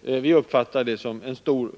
Vi uppfattar det som en stor